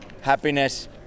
happiness